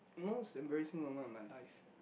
most embarrassing moment of my life